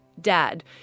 dad